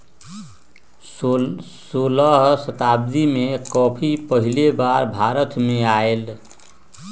सोलह शताब्दी में कॉफी पहिल बेर भारत आलय